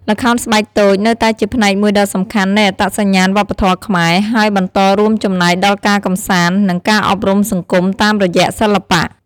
ល្ខោនស្បែកតូចនៅតែជាផ្នែកមួយដ៏សំខាន់នៃអត្តសញ្ញាណវប្បធម៌ខ្មែរ ហើយបន្តរួមចំណែកដល់ការកម្សាន្ត និងការអប់រំសង្គមតាមរយៈសិល្បៈ។